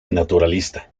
naturalista